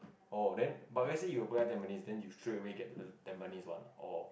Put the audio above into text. oh then but let say you apply the Tampines then you straight away get the Tampines one or